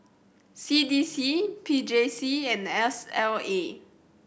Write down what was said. C D C P J C and S L A